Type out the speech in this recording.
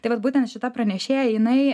tai vat būtent šita pranešėja jinai